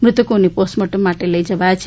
મૃતકોને post mortem માટે લઈ જવાયા છે